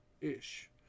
ish